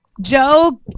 Joe